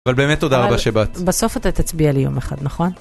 אבל באמת תודה רבה שבאת. בסוף אתה תצביע לי יום אחד, נכון?